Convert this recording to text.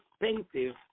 expensive